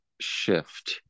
shift